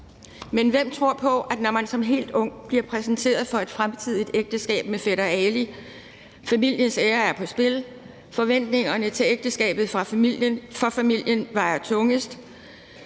Men når man som helt ung bliver præsenteret for et fremtidigt ægteskab med fætter Ali, familiens ære er på spil, forventningerne til ægteskabet for familien vejer tungest,